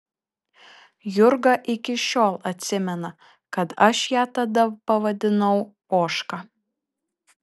jurga iki šiol atsimena kad aš ją tada pavadinau ožka